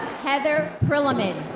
heather prillaman.